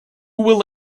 will